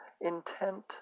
intent